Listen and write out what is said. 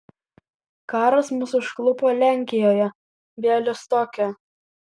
karas mus užklupo lenkijoje bialystoke